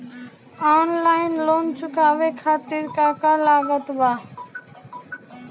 Online loan चुकावे खातिर का का लागत बा?